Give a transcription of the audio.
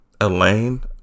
Elaine